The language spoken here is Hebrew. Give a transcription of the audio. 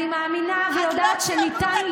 אני מאמינה ויודעת שניתן,